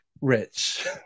rich